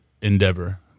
endeavor